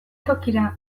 tokira